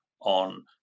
on